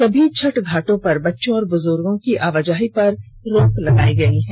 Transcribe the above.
सभी घाटों पर बच्चों और बुजुर्गों की आवाजाही पर रोक लगाई गई है